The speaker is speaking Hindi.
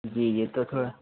जी जी तो थोड़ा